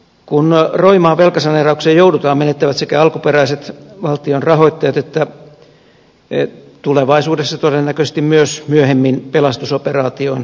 kun roimaan velkasaneeraukseen joudutaan menettävät sekä alkuperäiset valtion rahoittajat että tulevaisuudessa todennäköisesti myös myöhemmin pelastusoperaatioon rientäneet